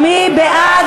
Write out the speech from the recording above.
וזה זלזול.